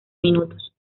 minutos